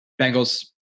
Bengals